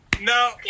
no